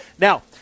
now